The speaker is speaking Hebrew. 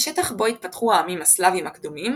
השטח בו התפתחו העמים הסלאבים הקדומים